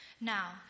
Now